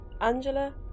Angela